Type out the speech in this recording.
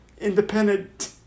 independent